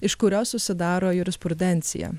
iš kurios susidaro jurisprudencija